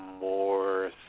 more